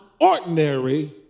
ordinary